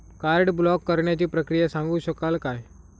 Card block करण्याची प्रक्रिया सांगू शकाल काय?